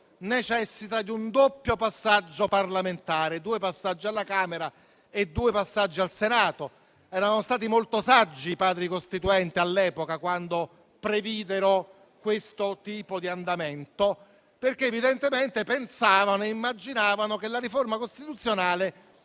necessita di un doppio passaggio parlamentare, ossia di due passaggi alla Camera e due passaggi al Senato? Erano stati molto saggi i Padri costituenti all'epoca quando previdero questo tipo di andamento, perché evidentemente immaginavano che la riforma costituzionale